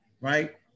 right